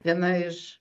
viena iš